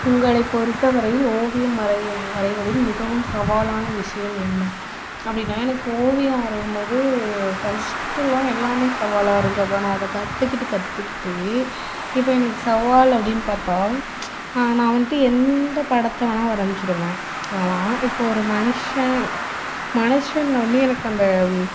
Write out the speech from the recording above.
உங்களை பொறுத்த வரையில் ஓவியம் வரையவும் வரைவதில் மிகவும் சவாலான விஷயம் என்ன அப்படினா எனக்கு ஓவியம் வரையும் போது ஃபர்ஸ்ட்டுலாம் எல்லாமே சவாலாக இருந்துச்சு அப்புறோம் நான் அதை கத்துக்கிட்டு கத்துக்கிட்டு இப்போ எனக்கு சவால் அப்படினு பார்த்தா நான் வந்திட்டு எந்த படத்தை வேணா வரைஞ்சிடுவேன் ஆனால் இப்போது ஒரு மனுஷன் மனுஷன்ல வந்து எனக்கு அந்த